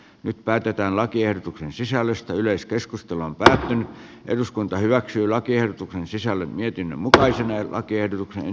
nyt päätetään lakiehdotuksen sisällöstä yleiskeskustelun tänään eduskunta hyväksyi lakiehdotuksen sisälle nekin mutkaisen lakiehdotuksen